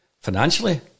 Financially